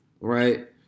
right